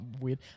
weird